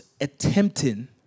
attempting